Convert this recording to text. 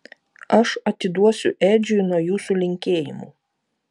aš atiduosiu edžiui nuo jūsų linkėjimų